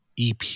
EP